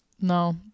No